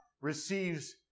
receives